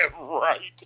right